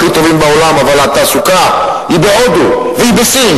הכי טובים בעולם אבל התעסוקה היא בהודו והיא בסין,